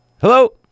Hello